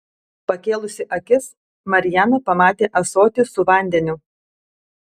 pakėlusi akis mariana pamatė ąsotį su vandeniu